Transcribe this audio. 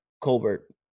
Colbert